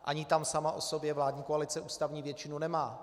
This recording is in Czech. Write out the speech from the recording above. Ani tam sama o sobě vládní koalice ústavní většinu nemá.